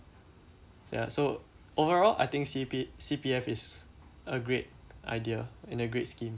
ya so overall I think C_P C_P_F is a great idea and a great scheme